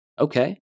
Okay